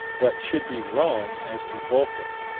but should be wrong as to vulcan,